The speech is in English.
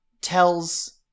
tells